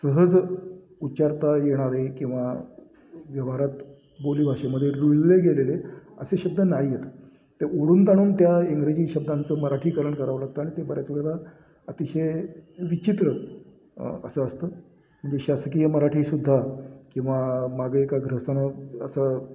सहज उच्चारता येणारे किंवा व्यवहारात बोलीभाषेमध्ये रुळले गेलेले असे शब्द नाही आहेत ते ओढूनताणून त्या इंग्रजी शब्दांचं मराठीकरण करावं लागतं आणि ते बऱ्याच वेळेला अतिशय विचित्र असं असतं म्हणजे शासकीय मराठीसुद्धा किंवा मागं एका ग्रहस्थानं असं